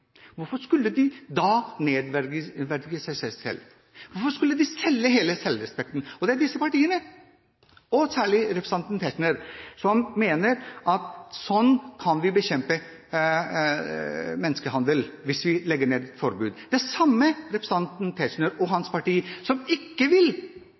hvorfor skulle de da nedverdige seg selv? Hvorfor skulle de selge hele selvrespekten? Det er disse partiene – og særlig representanten Tetzschner – som mener at sånn kan vi bekjempe menneskehandel, ved å legge ned forbud. Det er den samme representanten Tetzschner, og